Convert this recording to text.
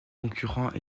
concurrent